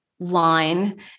Line